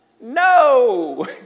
No